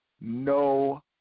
no